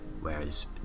whereas